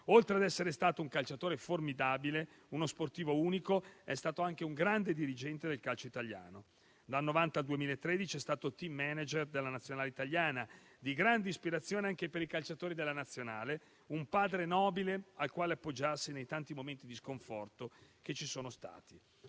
Oltre a essere stato un calciatore formidabile e uno sportivo unico, è stato anche un grande dirigente del calcio italiano. Dal 1990 al 2013 è stato *team manager* della Nazionale italiana, di grande ispirazione anche per i calciatori della Nazionale, un padre nobile al quale appoggiarsi nei tanti momenti di sconforto che ci sono stati.